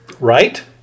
Right